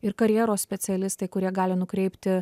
ir karjeros specialistai kurie gali nukreipti